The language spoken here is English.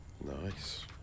Nice